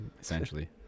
essentially